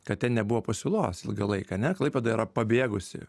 kad ten nebuvo pasiūlos ilgą laiką ane klaipėda yra pabėgusiųjų